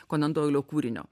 konendoilio kūrinio